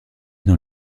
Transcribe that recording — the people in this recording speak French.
dans